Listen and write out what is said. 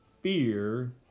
fear